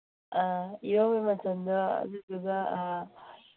ꯑꯥ ꯏꯔꯣꯟꯕꯒꯤ ꯃꯆꯟꯗꯣ ꯑꯗꯨꯗꯒꯤ